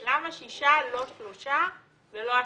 למה שישה, לא שלושה ולא עשרה?